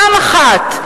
פעם אחת,